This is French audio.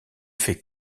fait